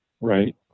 right